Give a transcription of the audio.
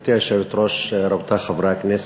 גברתי היושבת-ראש, רבותי חברי הכנסת,